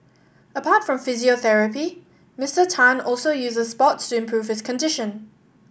apart from physiotherapy Mister Tan also uses sports to improve his condition